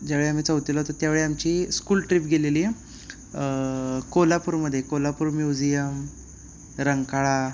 ज्यावेळी आम्ही चौथीला होतो त्यावेळी आमची स्कूल ट्रिप गेलेली कोल्हापूरमध्ये कोल्हापूर म्युझियम रंगळा